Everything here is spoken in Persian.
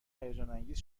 هیجانانگیز